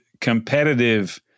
competitive